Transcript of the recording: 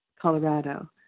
Colorado